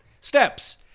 Steps